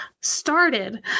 started